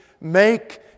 Make